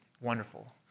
wonderful